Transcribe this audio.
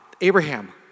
Abraham